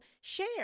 share